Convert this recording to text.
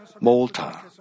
Malta